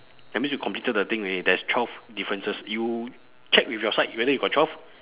that means we completed the thing already there's twelve differences you check with your side whether you got twelve